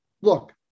look